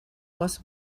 was